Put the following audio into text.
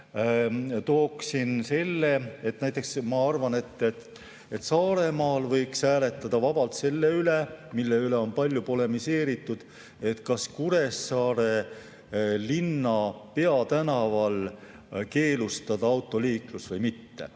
omavalitsustest? Näiteks ma arvan, et Saaremaal võiks hääletada vabalt selle üle, mille üle on palju polemiseeritud: kas Kuressaare linna peatänaval keelustada autoliiklus või mitte.